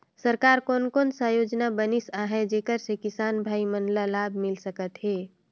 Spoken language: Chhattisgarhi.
सरकार कोन कोन सा योजना बनिस आहाय जेकर से किसान भाई मन ला लाभ मिल सकथ हे?